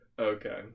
okay